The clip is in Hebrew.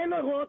אין אורות,